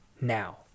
now